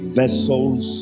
vessels